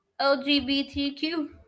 LGBTQ